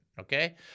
Okay